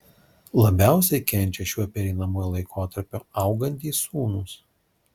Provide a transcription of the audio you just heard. labiausiai kenčia šiuo pereinamuoju laikotarpiu augantys sūnūs